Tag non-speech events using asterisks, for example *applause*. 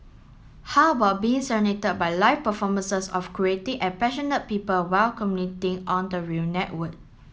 how about being *unintelligible* by live performances of creative and passionate people while *unintelligible* on the rail network